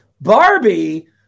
Barbie